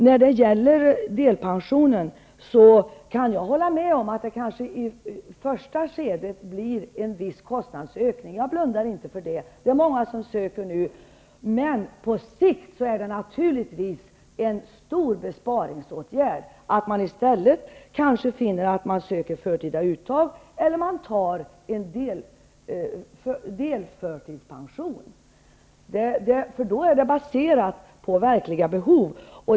När det gäller delpensionen kan jag hålla med om att det kanske i det första skedet blir en viss kostnadsökning; jag blundar inte för det. Det är nu många som söker, men på sikt är det naturligtvis en stor besparingsåtgärd. Man söker kanske i stället förtida uttag eller tar en delförtidspension. Då är det baserat på verkliga behov.